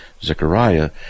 Zechariah